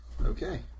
Okay